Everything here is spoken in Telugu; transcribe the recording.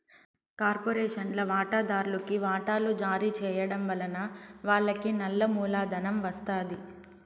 కార్పొరేషన్ల వాటాదార్లుకి వాటలు జారీ చేయడం వలన వాళ్లకి నల్ల మూలధనం ఒస్తాది